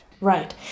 right